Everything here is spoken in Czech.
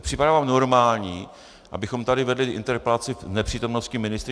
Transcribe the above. Připadá vám normální, abychom tady vedli interpelaci v nepřítomnosti ministryně?